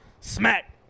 Smack